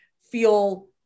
feel